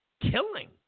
killing